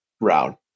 round